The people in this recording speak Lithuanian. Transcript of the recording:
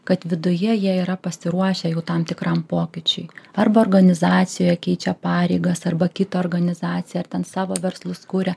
kad viduje jie yra pasiruošę jau tam tikram pokyčiui arba organizacijoje keičia pareigas arba kitą organizaciją ar ten savo verslus kuria